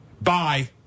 bye